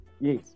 yes